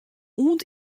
oant